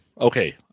Okay